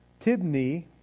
Tibni